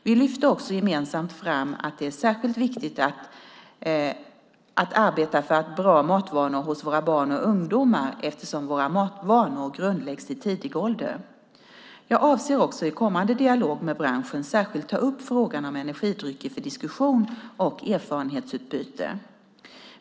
Vi lyfte också gemensamt fram att det är särskilt viktigt att arbeta för bra matvanor hos våra barn och ungdomar eftersom många vanor grundläggs i tidig ålder. Jag avser också att i kommande dialog med branschen särskilt ta upp frågan om energidrycker för diskussion och erfarenhetsutbyte.